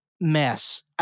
mess